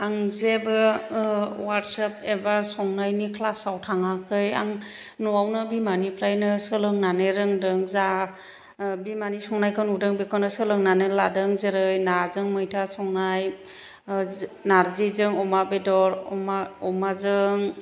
आं जेबो अवाट्सएप एबा संनायनि क्लासाव थाङाखै आं न'आवनो बिमानिफ्रायनो सोलोंनानै रोंदों जा बिमानि संनायखौ नुदों बेखौनो सोलोंनानै लादों जेरै नाजों मैथा संनाय नारजिजों अमा बेदर अमाजों